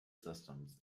systems